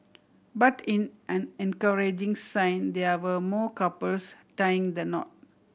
but in an encouraging sign there were more couples tying the knot